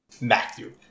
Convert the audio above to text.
Matthew